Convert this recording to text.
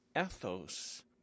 ethos